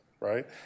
right